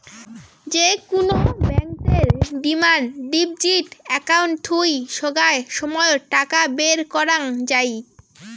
যে কুনো ব্যাংকতের ডিমান্ড ডিপজিট একাউন্ট থুই সোগায় সময়ত টাকা বের করাঙ যাই